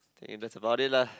think that's about it lah